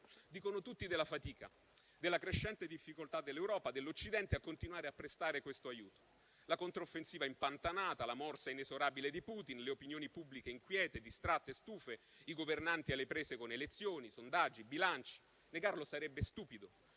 Dicono tutti della fatica, della crescente difficoltà dell'Europa e dell'Occidente a continuare a prestare questo aiuto. La controffensiva è impantanata, la morsa inesorabile di Putin, le opinioni pubbliche inquiete, distratte e stufe, i governanti alle prese con le elezioni, sondaggi e bilanci. Negarlo sarebbe stupido,